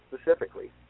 specifically